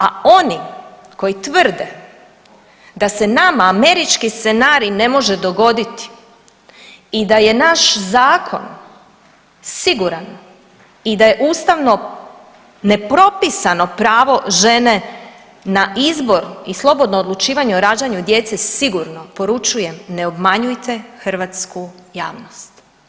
A oni koji tvrde da se nama američki scenarij ne može dogoditi i da je naš zakon siguran i da je ustavno nepropisano pravo žene na izbor i slobodno odlučivanje o rađanju djece sigurno poručujem ne obmanjujte hrvatsku javnost.